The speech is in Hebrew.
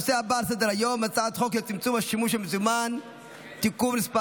הנושא הבא על סדר-היום: הצעת חוק לצמצום השימוש במזומן (תיקון מס'